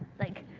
like,